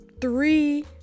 three